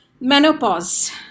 Menopause